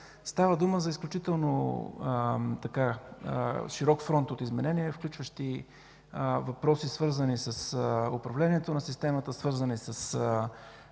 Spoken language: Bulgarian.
Става дума за изключително широк фронт от изменения, включващи въпроси, свързани с управлението на системата, с процесите